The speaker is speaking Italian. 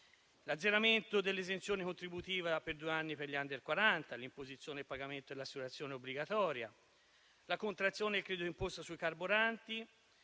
l'azzeramento dell'esenzione contributiva per due anni per gli *under* 40; l'imposizione del pagamento dell'assicurazione obbligatoria; la contrazione del credito d'imposta sui carburanti.